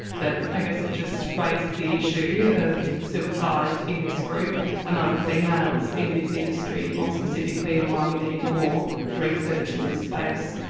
but i guess it just raises the issue of suicide in this group among females in this industry more specifically and why we need more research in this space.